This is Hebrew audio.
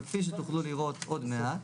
אבל כפי שתוכלו לראות עוד מעט,